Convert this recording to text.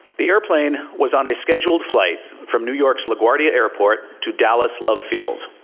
the airplane was on a scheduled flight from new york's laguardia airport to dallas love field.